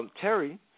Terry